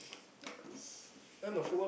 because like